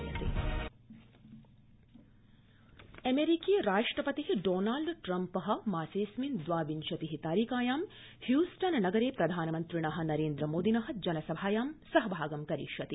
प्रधानमन्त्री अमेरीका अमेरिकीय राष्ट्रपति डॉनाल्ड ट्रम्प मासेड़स्मिन् दवाविंशति तारिकायां ह्यूस्टन नगरे प्रधानमन्त्रिण नरेन्द्रमोदिन जनसभायां सहभागं करिष्यति